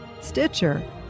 Stitcher